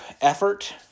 effort